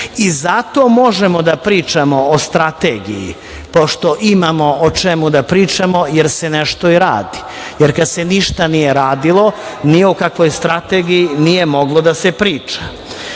i zato možemo da pričamo o Strategiji, pošto imamo o čemu da pričamo, jer se nešto i radi, jer kada se ništa nije radilo, ni o kakvoj strategiji nije moglo da se priča. Nas